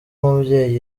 umubyeyi